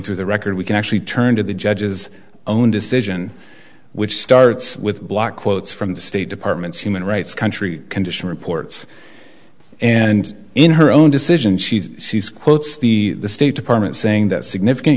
through the record we can actually turn to the judges own decision which starts with block quotes from the state department human rights country condition reports and in her own decision she's she's quotes the state department saying that significant